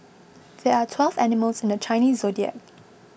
there are twelve animals in the Chinese zodiac